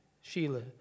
Sheila